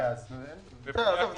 הוא אמר בסוף.